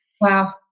Wow